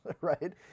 right